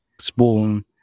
spoon